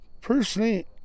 Personally